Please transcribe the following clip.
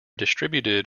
distributed